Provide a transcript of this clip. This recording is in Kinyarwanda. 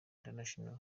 international